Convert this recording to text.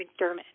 McDermott